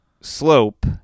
slope